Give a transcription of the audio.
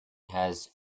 has